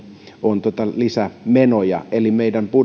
on lisämenoja eli meidän